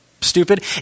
stupid